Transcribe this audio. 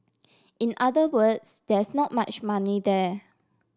in other words there is not much money there